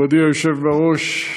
מכובדי היושב בראש,